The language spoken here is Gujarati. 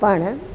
પણ